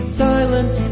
silent